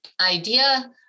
idea